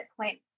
point